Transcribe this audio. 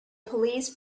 police